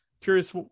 curious